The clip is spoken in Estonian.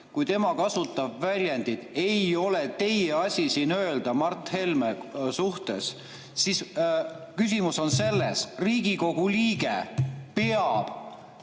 kui tema kasutab väljendit "ei ole teie asi öelda" Mart Helme suhtes, siis on küsimus selles, et Riigikogu liige peab